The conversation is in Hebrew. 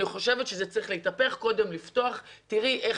אני חושבת שקודם צריך לפתוח ואז תראי איך